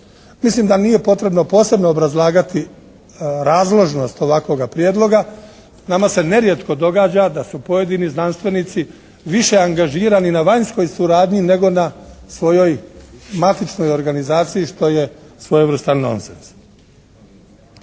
Mislim da nije potrebno posebno obrazlagati razložnost ovakvoga prijedloga. Nama se nerijetko događa da su pojedini znanstvenici više angažirani na vanjskoj suradnji nego na svojoj matičnoj organizaciji što je svojevrstan nonsens.